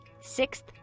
Sixth